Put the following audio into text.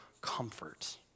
comfort